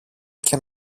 και